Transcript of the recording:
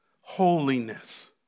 Holiness